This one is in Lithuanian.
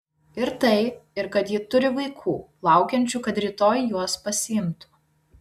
ir tai ir kad ji turi vaikų laukiančių kad rytoj juos pasiimtų